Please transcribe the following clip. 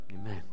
Amen